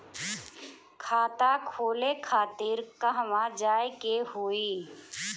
खाता खोले खातिर कहवा जाए के होइ?